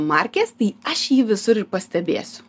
markės tai aš jį visur ir pastebėsiu